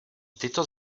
tyto